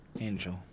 angel